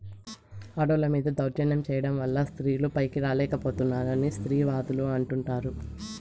ఆడోళ్ళ మీద దౌర్జన్యం చేయడం వల్ల స్త్రీలు పైకి రాలేక పోతున్నారని స్త్రీవాదులు అంటుంటారు